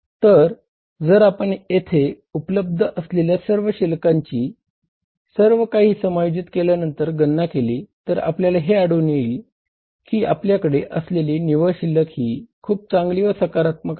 तर जर आपण येथे उपलब्ध असलेल्या सर्व शिल्लकांची सर्वकाही समायोजित केल्यानंर गणना केली तर आपल्याला हे आढळून येईल की आपल्याकडे असलेले निव्वळ शिल्लक ही खूप चांगली व सकारात्मक आहे